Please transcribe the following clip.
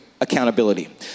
accountability